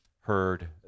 heard